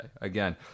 Again